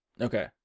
Okay